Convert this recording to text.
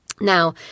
Now